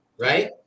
right